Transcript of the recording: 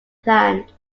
plant